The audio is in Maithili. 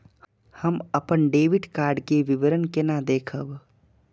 हम अपन डेबिट कार्ड के विवरण केना देखब?